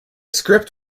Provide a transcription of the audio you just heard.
script